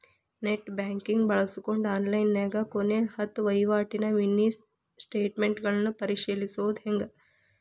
net banking ಬಳ್ಸ್ಕೊಂಡ್ ಆನ್ಲೈನ್ಯಾಗ ಕೊನೆ ಹತ್ತ ವಹಿವಾಟಿನ ಮಿನಿ ಸ್ಟೇಟ್ಮೆಂಟ್ ಪರಿಶೇಲಿಸೊದ್ ಹೆಂಗ